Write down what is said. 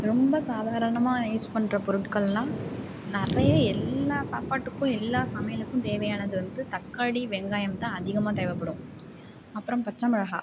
ரொம்ப சாதாரணமாக யூஸ் பண்ணுற பொருட்கள்லாம் நிறைய எல்லா சாப்பாட்டுக்கும் எல்லா சமையலுக்கும் தேவையானது வந்து தக்காளி வெங்காயம் தான் அதிகமாக தேவைப்படும் அப்புறோம் பச்சை மிளகாய்